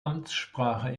amtssprache